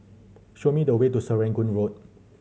show me the way to Serangoon Road